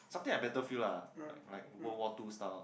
something like battlefield lah like World War Two style